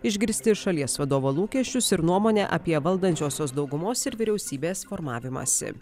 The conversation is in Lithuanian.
išgirsti šalies vadovo lūkesčius ir nuomonę apie valdančiosios daugumos ir vyriausybės formavimąsi